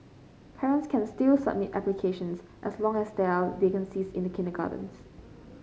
parents can still submit applications as long as there are vacancies in the kindergartens